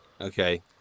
okay